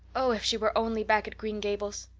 oh, if she were only back at green gables!